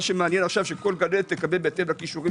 מה שמעניין כרגע שכל גננת תקבל בהתאם לכישוריה